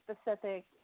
specific